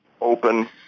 open